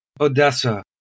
Odessa